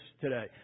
today